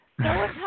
No